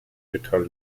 metall